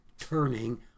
turning